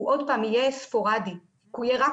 עוד פעם הוא יהיה ספורדי כי הוא יהיה רק